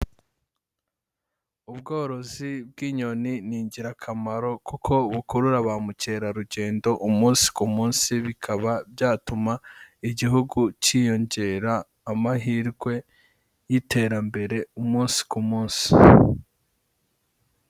Ubworozi bw'inyoni ni ingirakamaro kuko bukurura bamukerarugendo umunsi ku munsi, bikaba byatuma Igihugu cyiyongera amahirwe y'iterambere umunsi ku munsi.